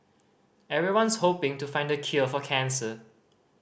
everyone's hoping to find the cure for cancer